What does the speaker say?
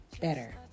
better